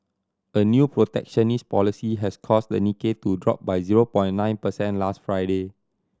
a new protectionist policy has caused the Nikkei to drop by zero point nine percent last Friday